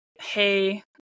hey